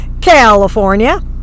California